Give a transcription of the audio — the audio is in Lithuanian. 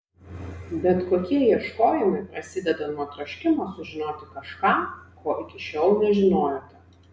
bet kokie ieškojimai prasideda nuo troškimo sužinoti kažką ko iki šiol nežinojote